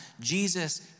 Jesus